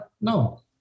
no